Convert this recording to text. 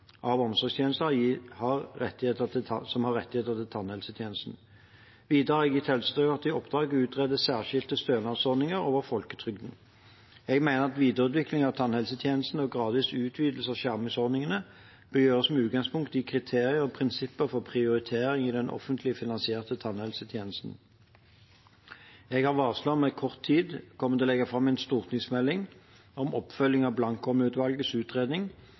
som har rettigheter til tannhelsetjenester. Videre har jeg gitt Helsedirektoratet i oppdrag å utrede særskilte stønadsordninger over folketrygden. Jeg mener at videreutvikling av tannhelsetjenesten og gradvis utvidelse av skjermingsordningene bør gjøres med utgangspunkt i kriterier og prinsipper for prioritering for den offentlig finansierte tannhelsetjenesten. Jeg har varslet om at vi om kort tid vil legge fram en stortingsmelding om oppfølging av Blankholm-utvalgets utredning